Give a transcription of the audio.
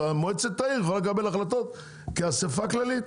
אז מועצת העיר יכולה לקבל החלטות כאסיפה כללית,